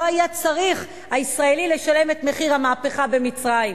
לא היה צריך הישראלי לשלם את מחיר המהפכה במצרים.